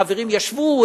חברים ישבו,